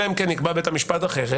אלא אם כן יקבע בית המשפט אחרת.